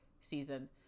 season